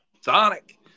Sonic